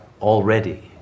already